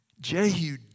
Jehu